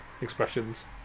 expressions